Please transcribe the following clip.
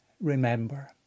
remember